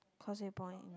Causeway-Point